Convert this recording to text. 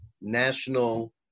national